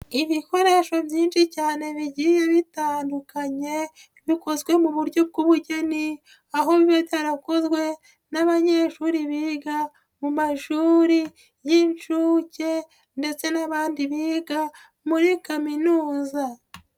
Ibikoresho byinshi cyane bigiye bitandukanye, bikozwe mu buryo bw'ubugeni, aho biba byarakozwe n'abanyeshuri biga mu mashuri y'inshuke ndetse n'abandi biga muri Kaminuza.